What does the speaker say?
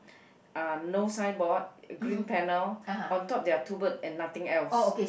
uh no signboard green panel on top there are two bird and nothing else